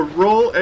roll